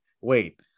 wait